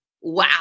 Wow